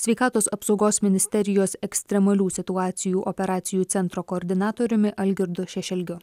sveikatos apsaugos ministerijos ekstremalių situacijų operacijų centro koordinatoriumi algirdu šešelgiu